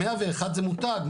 101 זה מותג,